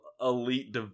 elite